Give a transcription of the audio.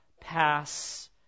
pass